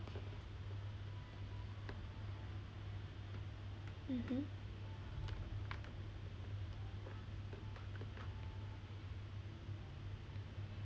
mmhmm